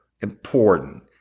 important